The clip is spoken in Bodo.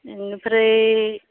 बिनिफ्राय